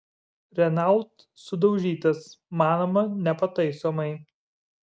renault sudaužytas manoma nepataisomai